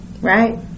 Right